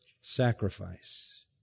sacrifice